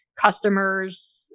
customer's